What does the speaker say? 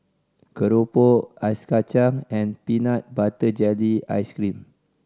keropok ice kacang and peanut butter jelly ice cream